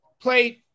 played